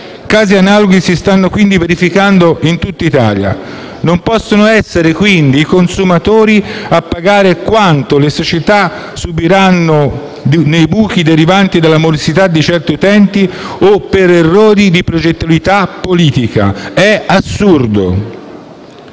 Casi analoghi, quindi, si stanno verificando in tutta Italia. Non possono essere i consumatori a pagare il danno che le società subiranno dai "buchi" derivanti dalla morosità di certi utenti o per errori di progettualità politica. È assurdo!